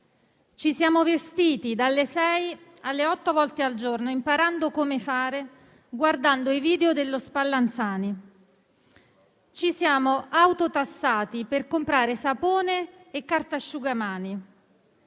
Ci siamo vestiti dalle sei alle otto volte al giorno, imparando come fare guardando i video dello Spallanzani. Ci siamo autotassati per comprare sapone e carta asciugamani.